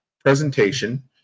presentation